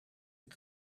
een